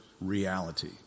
reality